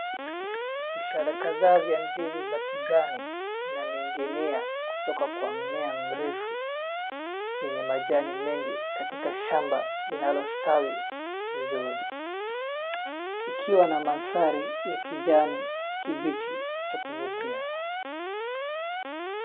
Vishada kadhaa vya ndizi ya kijani inaning'inia kutoka kwa mmea mrefu wenye majani mengi katika shamba linalostawi vizuri. Ikiwa na mandhari ya kijani kimbichi cha kuvutia.